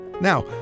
Now